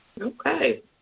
Okay